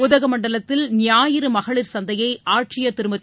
உதகமண்டலத்தில் ஞாயிறு மகளிர் சந்தையை ஆட்சியர் திருமதி